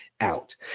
out